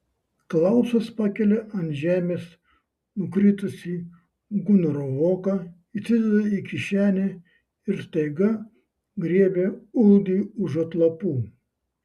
klausas pakelia ant žemės nukritusį gunaro voką įsideda į kišenę ir staiga griebia uldį už atlapų